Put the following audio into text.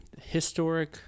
historic